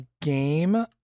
game